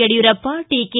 ಯಡಿಯೂರಪ್ಪ ಟೀಕೆ